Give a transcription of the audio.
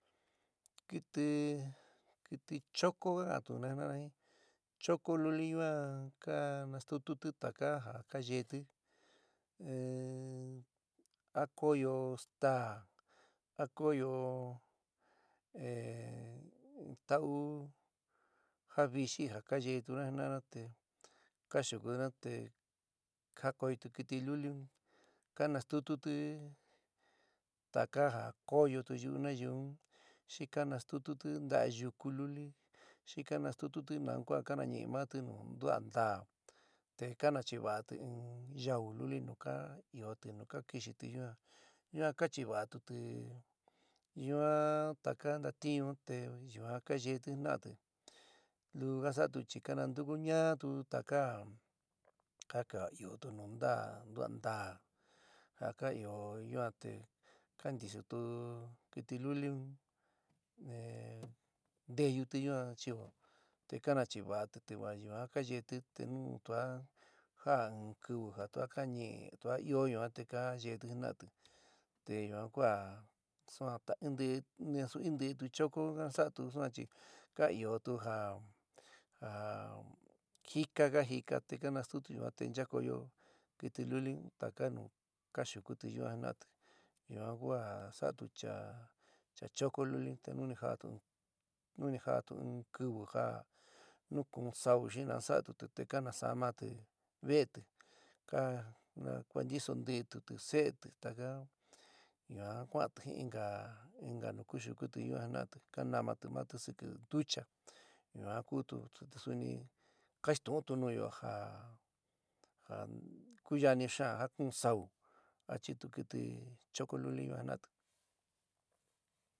Kɨtɨ chóko ka ka'antuna jina'ana jin, choko luli yuan ka nastututi taka ja ka yeéti in a kóyo staá, a koóyo e tau ja vɨxɨ ja kayétuna jina'ana te kaxukuna te jakoitu kɨtɨ luli un ka nastútuti taka ja kóyotu yu'ú nayú un xi kanastútuti taka ntá yuku luli xi kanastútuti nu ka nanɨí maáti nu ndua ntaá te ka nachiva'ati in yau luli nu ka iótɨ nu ka kixiti yuán, yuán ka chiva'atuti yuan taka ntatiún te yuan ka yeéti jina'ati luu ka sa'atu chi kanantuku ñatu taka ja ka ɨótu nu ndaá ndua ntaá ja ka ɨó yuan te ka ntisotu kɨtɨ luli un, ehh nteyuti yuan achɨo te ka nachiva'atɨ te va yuan ka yeéti te nu tua ja in kɨvɨ ja tua ka nɨɨ tua ɨó yuan te ka yeéti jina'ati te yuan kua suan ta in ntɨɨ, nasu in ntɨɨ'tu choko un sa'atu suan chi ka ɨoótu ja ja jika ka jika te kanastutu yuan te nchakoyo kɨtɨ luli un taka nu kaxukuti yuan ji'nati yuan kua saatu cha choko luli un te nu ni jatu nu ni jatu in kiwi ja nu kuun sau xi nu saátuti te kanasámati veéti ka kuantiso ntitutɨ se'éti taka yuan ku'anti jin inka inka nu kúsukuti yuan te ka namati maáti sikɨ ntucha yuan kutu suni kainstu'untu nuyo ja ja ku yani xaán ja kuún sa'u achitu kɨtɨ chóko luli yuan jina'ati.